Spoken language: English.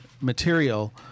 material